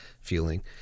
feeling